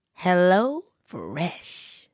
HelloFresh